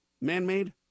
man-made